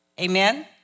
Amen